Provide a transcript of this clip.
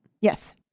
Yes